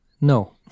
no